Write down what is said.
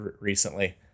recently